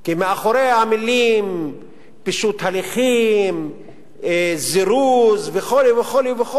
כי מאחורי המלים פישוט הליכים, זירוז וכו' וכו'